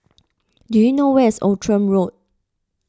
do you know where is Outram Road